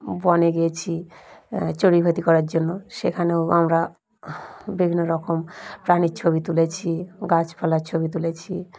বনে গিয়েছি চড়ুইভাতি করার জন্য সেখানেও আমরা বিভিন্ন রকম প্রাণীর ছবি তুলেছি গাছপালার ছবি তুলেছি